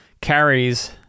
Carries